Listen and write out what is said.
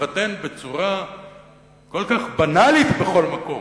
להתחתן בצורה כל כך בנאלית בכל מקום.